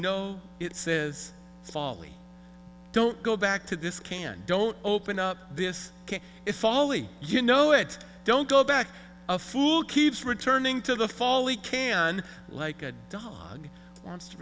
know it says fall don't go back to this can don't open up this is folly you know it don't go back a fool keeps returning to the fall he can like a dog wants to